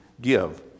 give